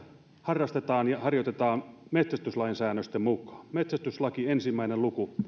harrastetaan ja harjoitetaan metsästyslain säännösten mukaan metsästyslaki yksi luku